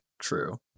True